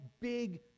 big